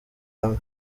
hamwe